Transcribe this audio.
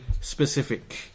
specific